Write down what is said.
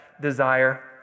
desire